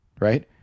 right